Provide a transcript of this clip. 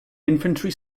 infantry